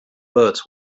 birds